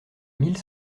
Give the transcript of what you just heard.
mille